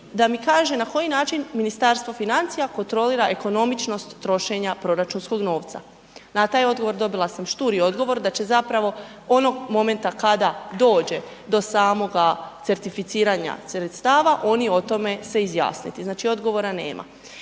da mi kaže na koji način Ministarstvo financija kontrolira ekonomičnost trošenja proračunskog novca. Na taj odgovor dobila sam šturi odgovor da će zapravo onog momenta kada dođe do samoga certificiranja sredstava oni o tome se izjasniti, znači odgovora nema.